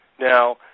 Now